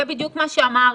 זה בדיוק מה שאמרנו.